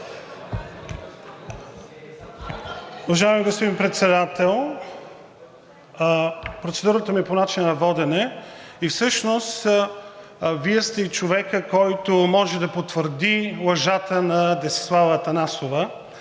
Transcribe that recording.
Уважаеми господин Председател, процедурата ми е по начина на водене и всъщност Вие сте и човекът, който може да потвърди лъжата на Десислава Атанасова,